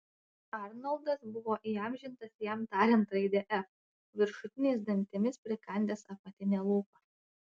arnoldas buvo įamžintas jam tariant raidę f viršutiniais dantimis prikandęs apatinę lūpą